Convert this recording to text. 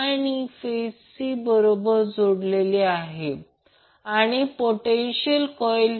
तर VCN म्हणजे 100 angle 120° आणि VBN 100 अँगल 120 o